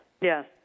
Yes